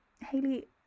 hayley